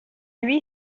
lui